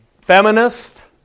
feminist